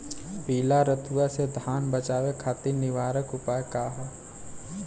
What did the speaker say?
पीला रतुआ से धान बचावे खातिर निवारक उपाय का ह?